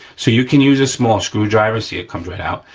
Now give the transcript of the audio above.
so, you can use a small screwdriver. see, it comes right out.